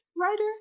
writer